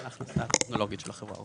או